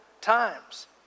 times